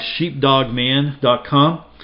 sheepdogman.com